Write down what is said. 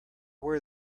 were